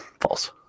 False